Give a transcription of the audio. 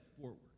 forward